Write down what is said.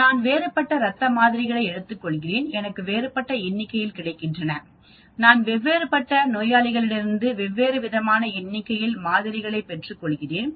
நான் நான் வேறுபட்ட ரத்த மாதிரிகளை எடுத்துக் கொள்கிறேன் எனக்கு வேறுபட்ட எண்ணிக்கையில் கிடைக்கின்றன நான் வெவ்வேறுபட்ட நோயாளிகளிடமிருந்து வெவ்வேறு விதமான எண்ணிக்கையில் மாதிரிகளை பெற்றுக்கொள்கிறேன்